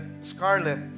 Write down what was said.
scarlet